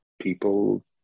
people